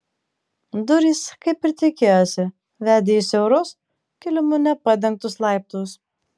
durys kaip ir tikėjosi vedė į siaurus kilimu nepadengtus laiptus